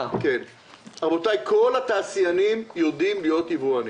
רבותי, כל התעשיינים יודעים להיות יבואנים.